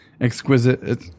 exquisite